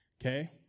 Okay